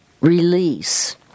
release